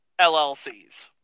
LLCs